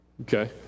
Okay